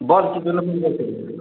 বল কী জন্য ফোন করছিলিস